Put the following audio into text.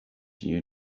you